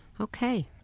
Okay